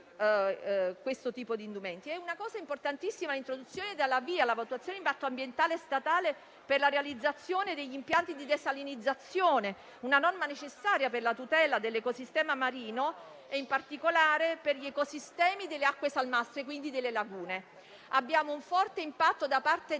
questo tipo di indumenti. Una novità importantissima riguarda l'introduzione dalla VIA-Valutazione di impatto ambientale statale per la realizzazione degli impianti di desalinizzazione; una norma necessaria per la tutela dell'ecosistema marino e, in particolare, per gli ecosistemi delle acque salmastre e, quindi, delle lagune. Vi è infatti un forte impatto derivante